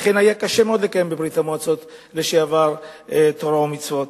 ואכן היה קשה מאוד לקיים בברית-המועצות לשעבר תורה ומצוות.